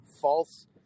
false